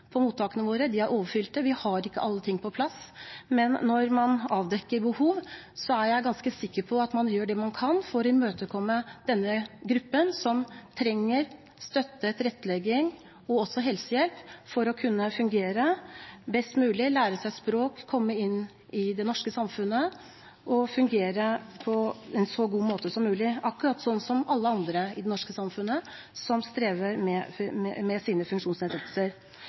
på mottakene våre. De er overfylte, vi har ikke alle ting på plass. Men når man avdekker behov, er jeg ganske sikker på at man gjør det man kan for å imøtekomme denne gruppen som trenger støtte, tilrettelegging og også helsehjelp for å kunne fungere best mulig, lære seg språk, komme inn i det norske samfunnet og fungere på en så god måte som mulig, akkurat sånn som alle andre i det norske samfunnet som strever med sine funksjonsnedsettelser. Jeg synes også det er en god idé at man tar kontakt med